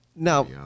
Now